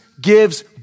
gives